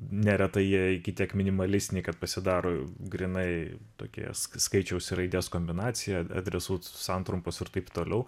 neretai jie iki tiek minimalistiniai kad pasidaro grynai tokie skaičiaus ir raidės kombinacija adresų santrumpos ir taip toliau